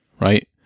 right